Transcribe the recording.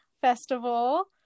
festival